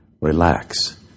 relax